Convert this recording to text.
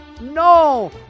no